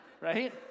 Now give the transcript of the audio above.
Right